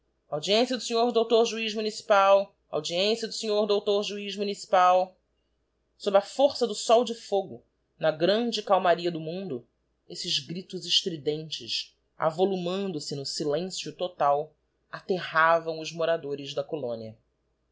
audiência do sr dr juiz municipal audiência do sr dr juiz municipal sob a força do sol de íogo na grande calmaria do mundo esses gritos estridentes avolumando se no silencio total aterravam os moradores da colónia